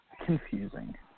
confusing